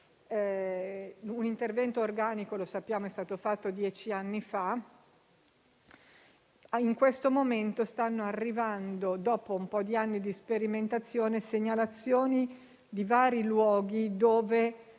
Un intervento organico, lo sappiamo, è stato fatto dieci anni fa. In questo momento stanno arrivando, dopo un po' di anni di sperimentazione, segnalazioni di vari luoghi dove